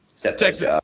Texas